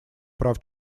прав